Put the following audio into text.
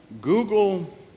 Google